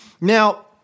Now